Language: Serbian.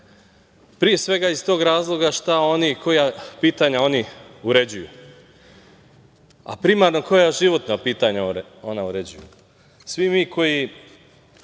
pre svega iz tog razloga šta oni, koja pitanja oni uređuju, a primarno koja životna pitanja oni uređuju. Svi mi koji